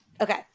Okay